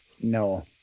No